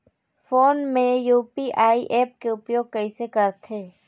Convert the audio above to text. Phone मे UPI app के उपयोग कइसे करथे?